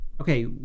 Okay